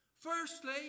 Firstly